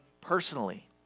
personally